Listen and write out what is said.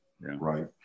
right